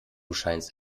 schienst